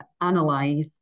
analyze